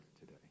today